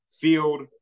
field